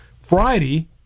Friday